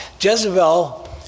Jezebel